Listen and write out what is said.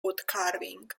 woodcarving